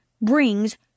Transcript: brings